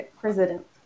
president